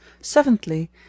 seventhly